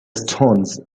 stones